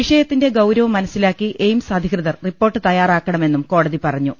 വിഷയത്തിന്റെ ഗൌരവം മനസ്സിലാക്കി എയിംസ് അധികൃതർ റിപ്പോർട്ട് തയ്യാറാക്കണമെന്നും കോടതി പറഞ്ഞു